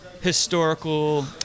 historical